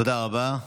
תודה רבה.